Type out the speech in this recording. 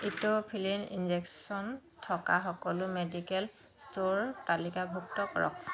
ইট'ফিলিন injection থকা সকলো medical store তালিকাভুক্ত কৰক